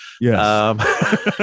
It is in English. Yes